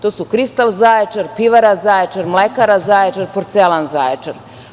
To su: Kristal Zaječar, Pivara Zaječar, Mlekara Zaječar, Porcelan Zaječar.